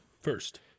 first